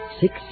six